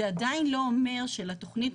זה עדין לא אומר שלתכנית,